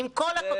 עם כל הכבוד.